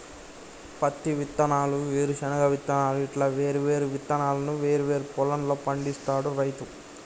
పత్తి విత్తనాలు, వేరుశన విత్తనాలు ఇట్లా వేరు వేరు విత్తనాలను వేరు వేరు పొలం ల పండిస్తాడు రైతు